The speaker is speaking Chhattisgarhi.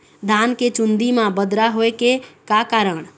धान के चुन्दी मा बदरा होय के का कारण?